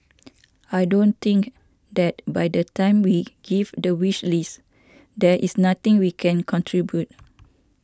I don't think that by the time we give the wish list there is nothing we can contribute